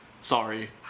Sorry